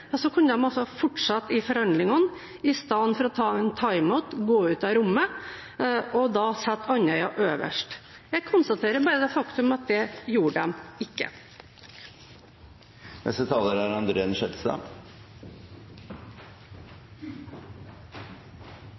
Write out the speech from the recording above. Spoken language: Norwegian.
kunne de ha fortsatt i forhandlingene – i stedet for å ta en timeout, gå ut av rommet – og da satt Andøya øverst. Jeg konstaterer bare det faktum at de ikke gjorde